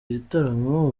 gitaramo